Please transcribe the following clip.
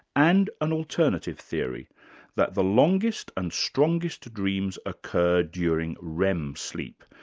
and an alternative theory that the longest and strongest dreams occur during rem sleep.